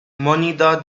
monitor